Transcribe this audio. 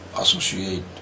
associate